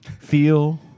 feel